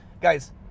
guys